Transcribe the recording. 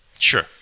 sure